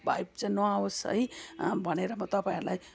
vibe चाहिँ नआओस् है भनेर म तपाईँहरूलाई